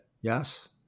Yes